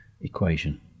equation